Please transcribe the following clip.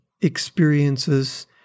experiences